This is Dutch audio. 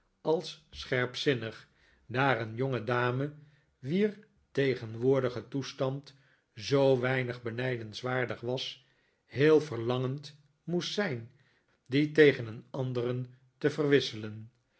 als scherpzinnig daar een jongedame wier tegenwoordige toestand zoo weinig benijdenswaardig was heel verlangend moest zijn dien tegen een anderen te verwisselen